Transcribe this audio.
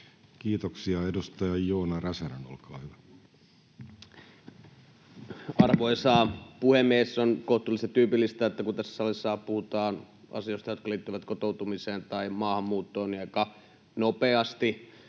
muuttamisesta Time: 15:40 Content: Arvoisa puhemies! On kohtuullisen tyypillistä, että kun tässä salissa puhutaan asioista, jotka liittyvät kotoutumiseen tai maahanmuuttoon, aika nopeasti